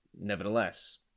nevertheless